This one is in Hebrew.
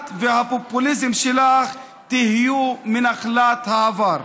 את והפופוליזם שלך תהיו נחלת העבר.